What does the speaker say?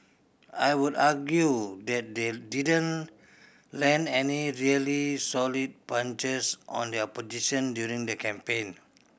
I would argue that they didn't land any really solid punches on the opposition during the campaign